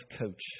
coach